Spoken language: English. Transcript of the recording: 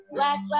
Black